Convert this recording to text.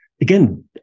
Again